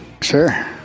Sure